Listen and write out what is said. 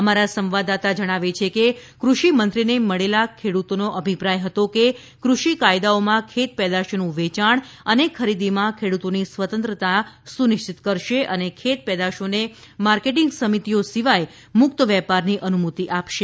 અમારા સંવાદદાતા જણાવે છે કે ક્રષિ મંત્રીને મળેલા ખેડુતોનો અભિપ્રાય હતો કે કુષિ કાયદાઓમાં ખેત પેદાશનું વેચાણ અને ખરીદીમાં ખેડુતોની સ્વતંત્રતાની સુનિશ્ચિત કરશે અને ખેત પેદાશોને માર્કેટીંગ સમિતિઓ સિવાય મુકત વેપારની અનુમતિ આપશે